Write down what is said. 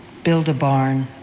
build a barn.